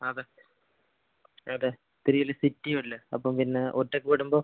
അതെ അതെ ഇത് വലിയ സിറ്റിയും അല്ലേ അപ്പം പിന്നെ ഒറ്റയ്ക്ക് വിടുമ്പോൾ